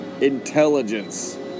Intelligence